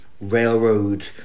railroad